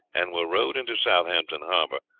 and were rowed into southampton harbor,